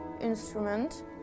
instrument